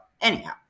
anyhow